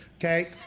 Okay